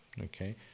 Okay